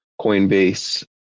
Coinbase